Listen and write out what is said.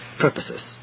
purposes